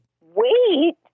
Wait